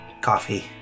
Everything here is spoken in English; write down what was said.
Coffee